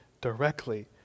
directly